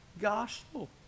gospel